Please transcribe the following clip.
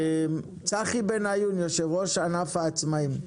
צחי בן עיון, יושב ראש ענף העצמאים.